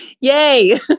Yay